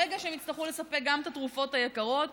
ברגע שהם יצטרכו לספק גם את התרופות היקרות,